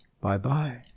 Bye-bye